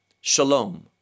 Shalom